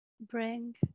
bring